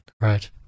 right